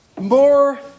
more